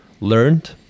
learned